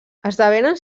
esdevenen